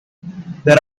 there